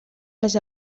les